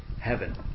heaven